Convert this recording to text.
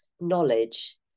knowledge